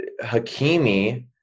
hakimi